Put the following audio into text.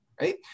right